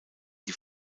die